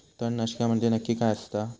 तणनाशक म्हंजे नक्की काय असता?